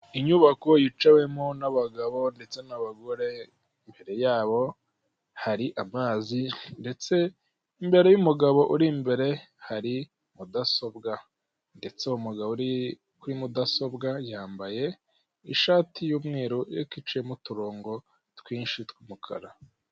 Inyubako yicawemo n'abagabo n'abagore ibere yayo hari amazi ndetse imbere y'umugabo ur imbere hari mudasobwa ndetse uwo mugabo kuri mudasobwa, yambaye ishati y'umweru, ariko iciyemo uturonko twishi tw'umukara.